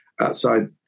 outside